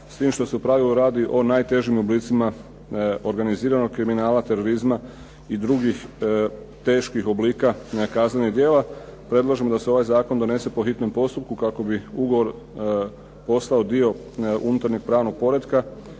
s tim što se u pravilu radi o najtežim oblicima organiziranog kriminala terorizma i drugih teških oblika kaznenih djela. Predlažem da se ovaj zakon donese po hitnom postupku kako bi ugovor postao dio unutarnjeg pravnog poretka